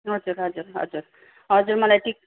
हजुर हजुर हजुर हजुर मलाई टिक